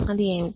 అది ఏమిటి